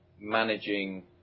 managing